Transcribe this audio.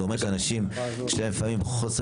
זה אומר שאנשים יש להם לפעמים חוסר